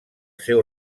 seu